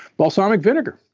balsamic vinegar,